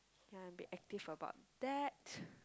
then I will be active about that